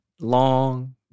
long